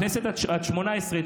בכנסת השמונה-עשרה,